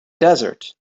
desert